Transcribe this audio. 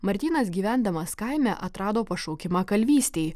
martynas gyvendamas kaime atrado pašaukimą kalvystei